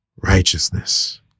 Righteousness